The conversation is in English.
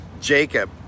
jacob